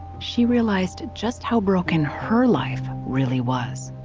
she realized just how broken her life really was.